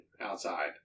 outside